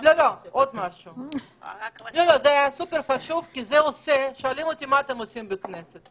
זה סופר חשוב כי שואלים אותי מה אנחנו עושים בכנסת.